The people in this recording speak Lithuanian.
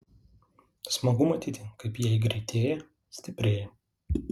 smagu matyti kaip jei greitėja stiprėja